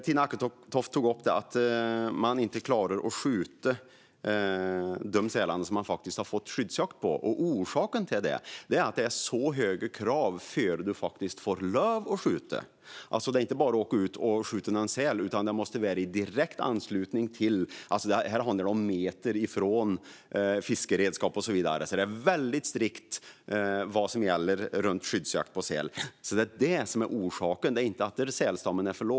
Tina Acketoft tog upp det faktum att man inte klarar av att skjuta de sälar som man har fått skyddsjakt för. Orsaken till detta är att kraven innan man får lov att skjuta är så höga. Det är inte bara att åka ut och skjuta en säl, utan den måste finnas i direkt anslutning till fiskeredskap och så vidare. Här handlar det om metrar. Vad som gäller runt skyddsjakt av säl är väldigt strikt reglerat. Detta är orsaken, inte att sälstammen är för liten.